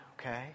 okay